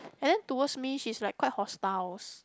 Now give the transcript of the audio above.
and then towards me she is like quite hostiles